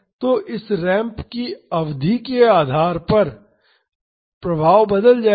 तो इस रैंप की अवधि के आधार पर प्रभाव बदल जाएगा